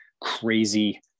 crazy